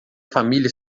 família